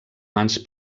mans